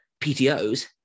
PTOs